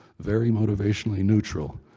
very motivationally neutral.